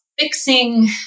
fixing